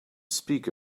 speak